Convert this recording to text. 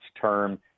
term